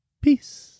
Peace